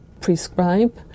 prescribe